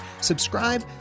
subscribe